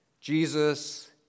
Jesus